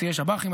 מסיעי שב"חים,